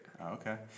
okay